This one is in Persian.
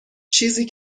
چیزی